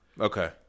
Okay